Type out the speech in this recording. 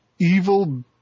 Evil